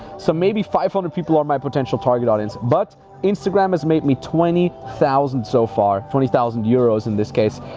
so maybe five hundred people are my potential target audience, but instagram has made me twenty thousand so far, twenty thousand euros in this case.